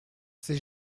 ses